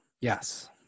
yes